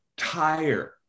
tire